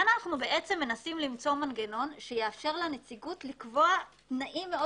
פה אנו מנסים למצוא מנגנון שיאפשר לנציגות לקבוע תנאים מאוד